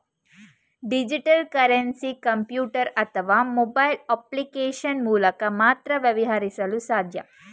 digital currency computer ಅಥವಾ mobile application ಮೂಲಕ ಮಾತ್ರ ವ್ಯವಹರಿಸಲು ಸಾಧ್ಯ